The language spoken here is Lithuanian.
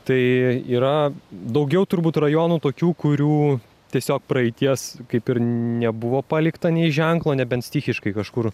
tai yra daugiau turbūt rajonų tokių kurių tiesiog praeities kaip ir nebuvo palikta nė ženklo nebent stichiškai kažkur